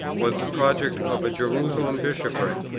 was the project of a jerusalem bishopric,